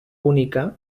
única